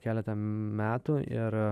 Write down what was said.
keletą metų ir